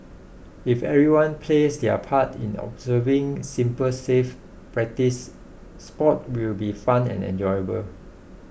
if everyone plays their part in observing simple safe practices sports will be fun and enjoyable